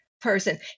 person